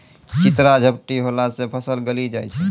चित्रा झपटी होला से फसल गली जाय छै?